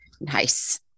Nice